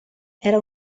era